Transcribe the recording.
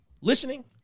listening